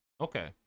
okay